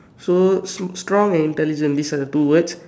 so s~ strong and intelligent these are the two words